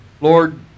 Lord